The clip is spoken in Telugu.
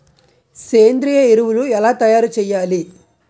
సేంద్రీయ ఎరువులు ఎలా తయారు చేయాలి?